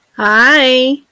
Hi